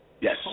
Yes